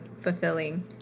fulfilling